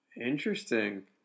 interesting